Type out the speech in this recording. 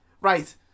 Right